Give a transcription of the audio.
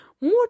More